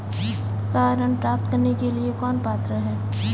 Car ऋण प्राप्त करने के लिए कौन पात्र है?